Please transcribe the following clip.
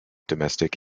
domestic